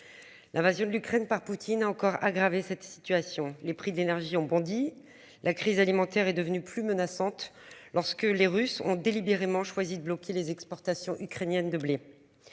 L'invasion de l'Ukraine par Poutine encore aggravé cette situation, les prix de l'énergie ont bondi la crise alimentaire est devenue plus menaçante. Lorsque les Russes ont délibérément choisi de bloquer les exportations ukrainiennes blé.